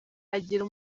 agira